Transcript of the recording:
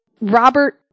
Robert